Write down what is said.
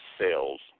sales